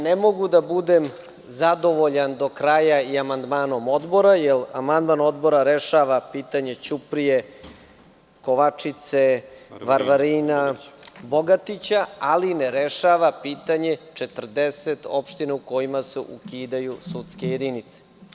Ne mogu da budem zadovoljan do kraja amandmanom Odbora, jer amandman Odbora rešava pitanje Ćuprije, Kovačice, Varvarina, Bogatića, ali ne rešava pitanje 40 opština u kojima se ukidaju sudske jedinice.